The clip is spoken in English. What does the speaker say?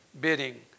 bidding